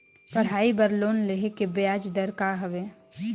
पढ़ाई बर लोन लेहे के ब्याज दर का हवे?